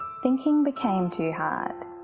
thinking became too hard.